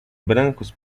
brancos